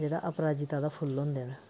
जेह्ड़ा अपराजिता दा फुल्ल होंदा ते